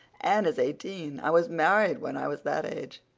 anne is eighteen i was married when i was that age.